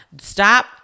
Stop